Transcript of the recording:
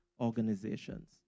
organizations